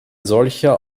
solcher